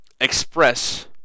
express